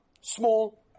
small